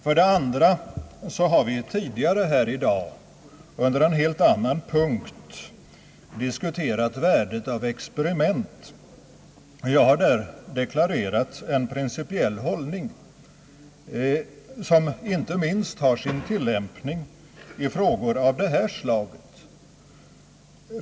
För det andra har vi tidigare här i dag under en helt annan punkt diskuterat värdet av experiment, och jag har där deklarerat en principiell hållning som inte minst har sin tillämpning i frågor av detta slag.